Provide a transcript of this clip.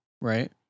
right